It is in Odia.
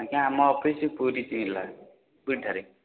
ଆଜ୍ଞା ଆମ ଅଫିସ ପୁରୀ ଜିଲ୍ଲା ପୁରୀ ଠାରେ